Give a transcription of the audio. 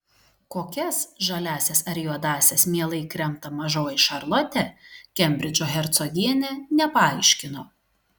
kokias žaliąsias ar juodąsias mielai kremta mažoji šarlotė kembridžo hercogienė nepaaiškino